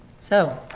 so.